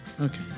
Okay